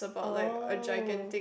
oh